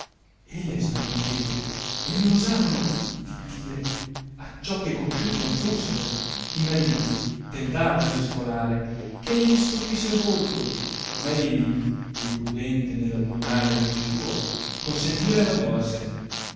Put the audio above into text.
elle stavano chete e non osavano zittire acciò che conosciute non f ussero i mariti tentavano il scolare che le discoprisse il volto ma egli più prudente nell'altrui male che nel suo consentire non volse